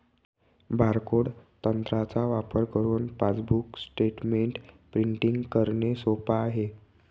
barcode तंत्राचा वापर करुन पासबुक स्टेटमेंट प्रिंटिंग करणे सोप आहे